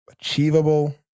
achievable